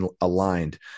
aligned